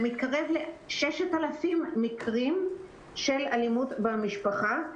זה מתקרב ל-6,000 מקרים של אלימות במשפחה.